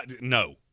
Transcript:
no